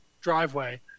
Driveway